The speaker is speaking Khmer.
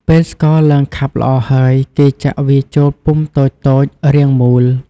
ពេលស្ករឡើងខាប់ល្អហើយ គេចាក់វាចូលពុំតូចៗរាងមូល។